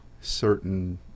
certain